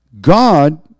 God